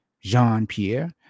Jean-Pierre